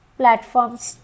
platforms